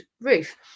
roof